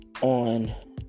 on